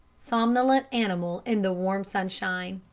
somnolent animal in the warm sunshine.